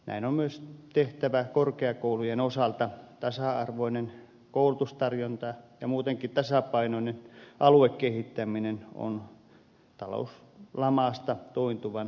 näin on myös tehtävä korkeakoulujen osalta tasa arvoinen koulutustarjonta ja muutenkin tasapainoinen aluekehittäminen on talouslamasta tointuvan suomen vahvuus